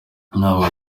ntabwo